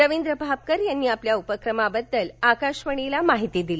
रवींद्र भापकर यांनी आपल्या उपक्रमांबद्दल आकाशवाणीला माहिती दिली